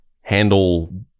handle